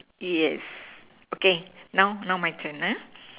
yes okay now now my turn ah